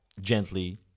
gently